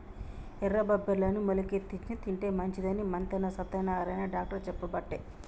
ఎర్ర బబ్బెర్లను మొలికెత్తిచ్చి తింటే మంచిదని మంతెన సత్యనారాయణ డాక్టర్ చెప్పబట్టే